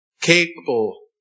Capable